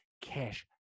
cash